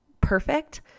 perfect